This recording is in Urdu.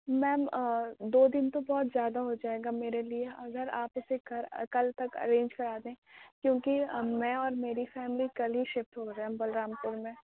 میم دو دِن تو بہت زیادہ ہو جائے گا میرے لیے اگر آپ اُسے کل آ کل تک ارینج کرادیں کیوں کہ میں اور میری فیملی کل ہی شفٹ ہو رہے ہیں ہم بلرام پور میں